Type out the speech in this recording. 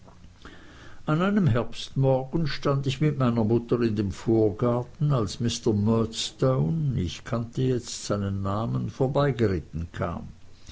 an einem herbstmorgen stand ich mit meiner mutter in dem vorgarten als mr murdstone ich kannte jetzt seinen namen vorbeigeritten kam